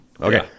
Okay